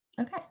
okay